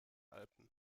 alpen